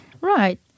Right